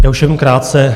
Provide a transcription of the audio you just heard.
Já už jenom krátce.